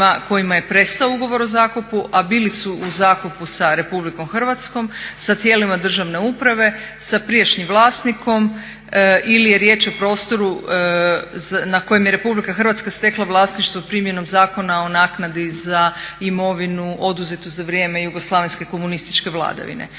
kojima je prestao ugovor o zakupu, a bili su u zakupu sa RH sa tijelima državne uprave, sa prijašnjim vlasnikom ili je riječ o prostoru na kojem je RH stekla vlasništvo primjenom Zakona o naknadi za imovinu oduzetu za vrijeme jugoslavenske komunističke vladavine,